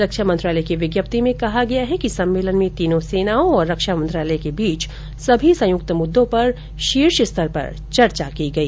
रक्षा मंत्रालय की विज्ञप्ति में कहा गया है कि सम्मेलन में तीनों सेनाओं और रक्षा मंत्रालय के बीच सभी संयुक्त मुद्दों पर शीर्ष स्तर पर चर्चा की गई